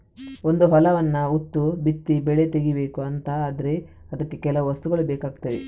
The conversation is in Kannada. ಒಂದು ಹೊಲವನ್ನ ಉತ್ತು ಬಿತ್ತಿ ಬೆಳೆ ತೆಗೀಬೇಕು ಅಂತ ಆದ್ರೆ ಅದಕ್ಕೆ ಕೆಲವು ವಸ್ತುಗಳು ಬೇಕಾಗ್ತವೆ